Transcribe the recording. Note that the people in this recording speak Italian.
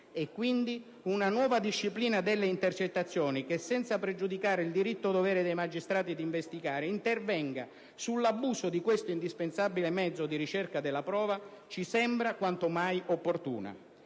E, quindi, una nuova disciplina delle intercettazioni che, senza pregiudicare il diritto-dovere dei magistrati di investigare, intervenga sull'abuso di questo indispensabile mezzo di ricerca della prova ci sembra quanto mai opportuna.